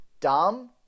dumb